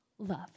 love